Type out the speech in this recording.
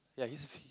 ya he's